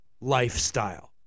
lifestyle